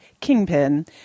Kingpin